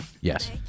Yes